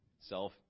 self